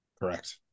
Correct